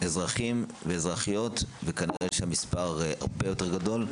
אזרחים ואזרחיות, וכנראה המספר הרבה יותר גדול.